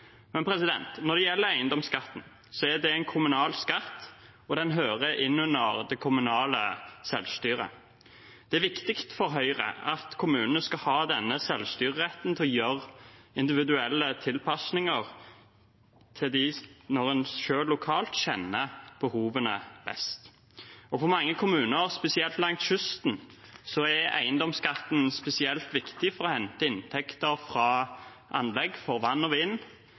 Eiendomsskatten er en kommunal skatt, og den hører inn under det kommunale selvstyret. Det er viktig for Høyre at kommunene skal ha denne selvstyreretten til å gjøre individuelle tilpasninger, for kommunen selv kjenner behovene lokalt best. For mange kommuner, spesielt langs kysten, er eiendomsskatten spesielt viktig for å hente inntekter fra anlegg for vann og vind